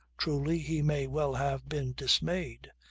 truly he may well have been dismayed.